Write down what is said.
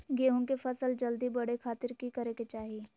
गेहूं के फसल जल्दी बड़े खातिर की करे के चाही?